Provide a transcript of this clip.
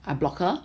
I block her